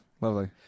Lovely